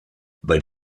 but